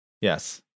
Yes